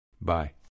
Bye